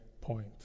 point